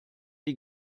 die